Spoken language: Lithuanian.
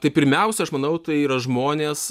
tai pirmiausia aš manau tai yra žmonės